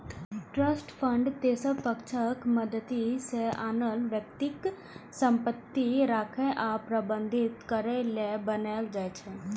trust fund तेसर पक्षक मदति सं आन व्यक्तिक संपत्ति राखै आ प्रबंधित करै लेल बनाएल जाइ छै